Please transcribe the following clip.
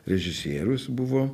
režisierius buvo